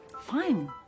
Fine